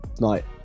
night